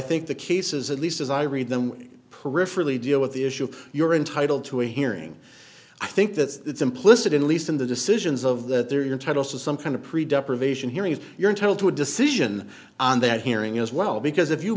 think the cases at least as i read them peripherally deal with the issue you're entitle to hearing i think that it's implicit in least in the decisions of that they're entitle some kind of pre depravation hearings you're entitled to a decision on that hearing as well because if you